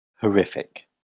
horrific